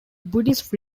buddhist